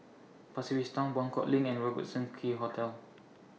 Pasir Ris Town Buangkok LINK and Robertson Quay Hotel